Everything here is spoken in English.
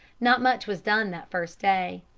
not much was done that first day.